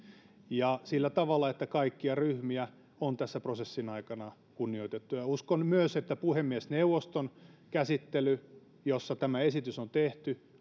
ja sillä tavalla että kaikkia ryhmiä on tässä prosessin aikana kunnioitettu uskon myös että puhemiesneuvoston käsittely jossa tämä esitys on tehty